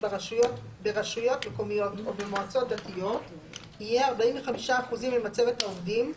ברשויות מקומיות או במועצות דתיות יהיה 45 אחוזים ממצבת העובדים,